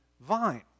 vine